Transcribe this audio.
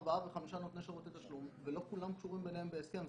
ארבעה או חמישה נותני שירותי תשלום ולא כולם קשורים ביניהם בהסכם.